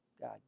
God